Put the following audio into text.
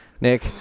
Nick